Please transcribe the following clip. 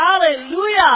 Hallelujah